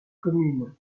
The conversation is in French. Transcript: communes